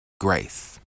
grace